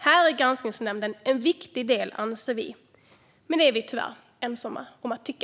Här är granskningsnämnden en viktig del, anser vi, men det är vi tyvärr ensamma om att tycka.